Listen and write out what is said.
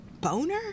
boner